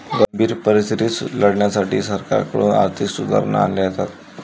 गंभीर परिस्थितीशी लढण्यासाठी सरकारकडून आर्थिक सुधारणा आणल्या जातात